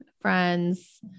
friends